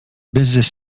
business